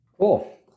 Cool